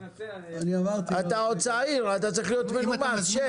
אתה עוד צעיר, אתה צריך להיות מנומס, שב.